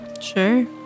sure